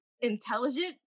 intelligent